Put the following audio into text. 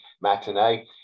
matinee